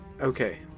okay